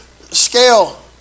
scale